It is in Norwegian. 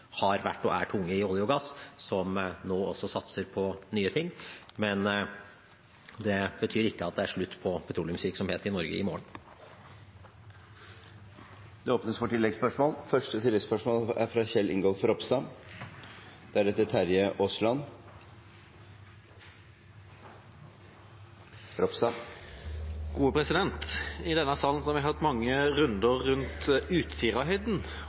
har vært og er tunge i olje og gass, og som nå også satser på nye ting – men det betyr ikke at det er slutt på petroleumsvirksomhet i Norge i morgen. Det åpnes for oppfølgingsspørsmål – først Kjell Ingolf Ropstad. I denne salen har vi hørt mange runder rundt Utsirahøyden,